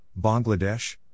Bangladesh